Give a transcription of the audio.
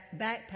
Backpack